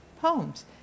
poems